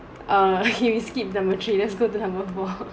err okay we skip no three lets go to number four